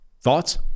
Thoughts